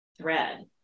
thread